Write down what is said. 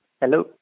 Hello